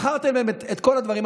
מכרתם להם את כל הדברים.